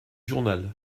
journal